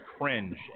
cringe